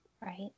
Right